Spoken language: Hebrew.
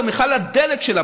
במכל הדלק שלה,